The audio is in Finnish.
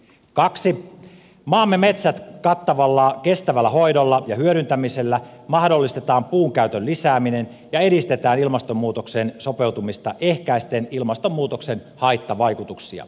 toiseksi maamme metsät kattavalla kestävällä hoidolla ja hyödyntämisellä mahdollistetaan puun käytön lisääminen ja edistetään ilmastonmuutokseen sopeutumista ehkäisten ilmastonmuutoksen haittavaikutuksia